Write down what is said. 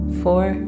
four